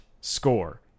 score